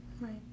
right